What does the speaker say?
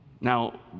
Now